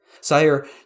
Sire